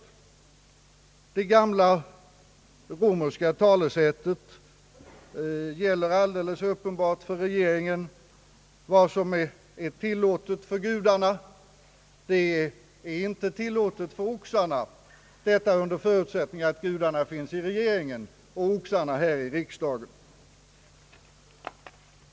Det gamla romerska talesättet gäller alldeles uppenbart för regeringen: » Vad som är tillåtet för gudarna är inte tilllåtet för oxarna» — detta under förutsättning att gudarna finns i regeringen och oxarna här i riksdagen.